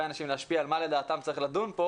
אנשים להשפיע על מה לדעתם צריך לדון פה.